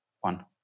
One